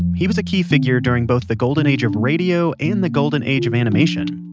he was a key figure during both the golden age of radio and the golden age of animation.